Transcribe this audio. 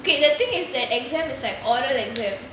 okay the thing is that exam is like oral exam